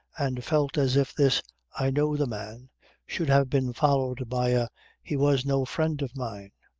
and felt as if this i know the man should have been followed by a he was no friend of mine.